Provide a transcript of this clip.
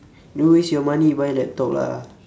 don't waste your money buy laptop lah